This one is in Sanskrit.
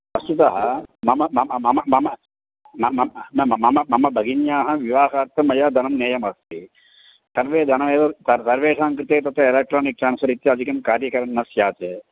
वस्तुतः मम मम मम मम मम मम भगिन्याः विवाहाथं मया धनं नेयमस्ति सर्वे धनमेवं सर् सर्वेषां कृते तत्र एलेक्ट्रानिक् ट्रान्स्वर् इत्यादिकं कार्यकरणं न स्यात्